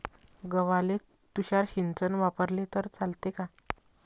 गव्हाले तुषार सिंचन वापरले तर चालते का?